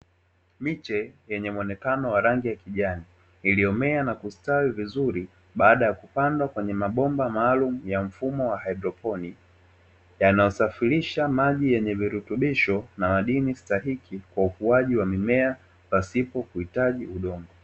Miche yenye muonekano wa rangi ya kijani iliyomea na kustawi vizuri baada ya kupandwa kwenye mabomba maalum ya mfumo wa haidroponi, yanayosafirisha maji yenye virutubisho na madini stahiki kwa ukuaji wa mimea pasipo kuhitaji udongo.